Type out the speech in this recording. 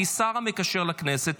כשר המקשר לכנסת,